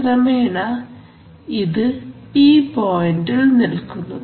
ക്രമേണ ഇത് ഈ പോയിന്റിൽ നിൽക്കുന്നു